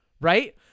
right